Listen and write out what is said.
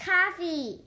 Coffee